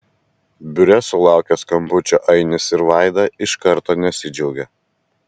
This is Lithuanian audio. biure sulaukę skambučio ainis ir vaida iš karto nesidžiaugia